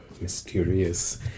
mysterious